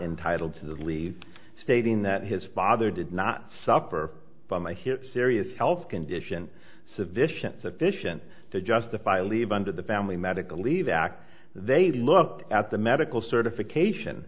entitled to the levy stating that his father did not suffer from a hip serious health condition sufficient sufficient to justify a leave under the family medical leave act they looked at the medical certification